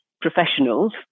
professionals